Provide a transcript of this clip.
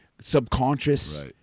subconscious